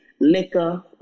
liquor